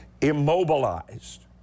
immobilized